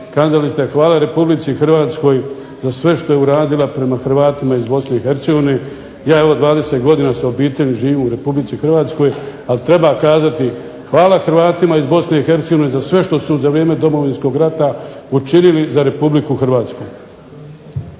Hrvatskoj na svemu što je uradila prema Hrvatima iz BiH. Ja 20 godina živim sa obitelji u Republici Hrvatskoj ali treba kazati hvala Hrvatima iz BiH za sve što su za vrijeme domovinskog rata učinili za Republiku Hrvatsku.